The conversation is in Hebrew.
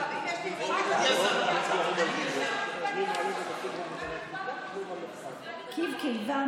כיב קיבה,